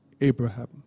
Abraham